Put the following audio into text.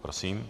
Prosím.